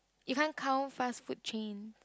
you can't count fast food chain